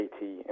80